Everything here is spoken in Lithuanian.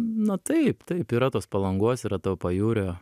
na taip taip yra tos palangos yra to pajūrio